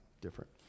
different